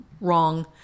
wrong